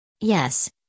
Yes